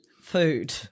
food